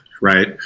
Right